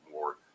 more